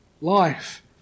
life